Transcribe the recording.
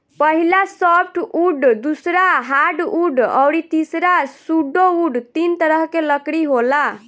पहिला सॉफ्टवुड दूसरा हार्डवुड अउरी तीसरा सुडोवूड तीन तरह के लकड़ी होला